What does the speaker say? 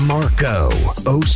Marco